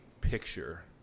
picture